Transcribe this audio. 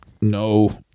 No